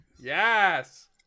Yes